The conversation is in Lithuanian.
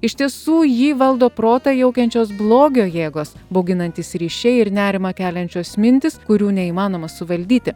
iš tiesų jį valdo protą jaukiančios blogio jėgos bauginantys ryšiai ir nerimą keliančios mintys kurių neįmanoma suvaldyti